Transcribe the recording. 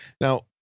now